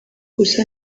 gusa